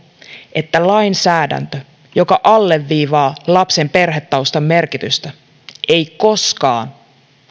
että lainsäädäntö joka alleviivaa lapsen perhetaustan merkitystä ei koskaan